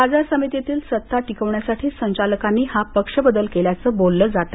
बाजार समितीतील सत्ता टिकवण्यासाठी संचालकांनी हा पक्ष बदल केल्याचं बोललं जातं